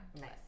nice